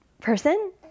person